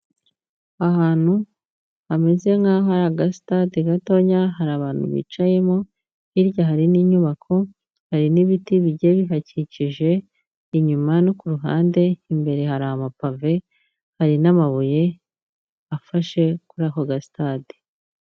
Ahantu hameze nk'aho hari aga sitade gatonya hari abantu bicayemo, hirya hari n'inyubako, hari n'ibiti bigiye bihakikije inyuma no ku ruhande. Imbere hari amapave, hari n'amabuye afashe kuri ako gasitade.